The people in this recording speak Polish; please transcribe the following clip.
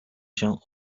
się